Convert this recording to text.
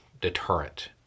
deterrent